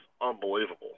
unbelievable